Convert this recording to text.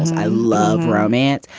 i love romance.